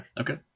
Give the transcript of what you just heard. Okay